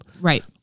Right